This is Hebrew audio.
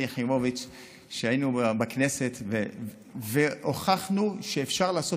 שלי יחימוביץ'; היינו בכנסת והוכחנו שאפשר לעשות,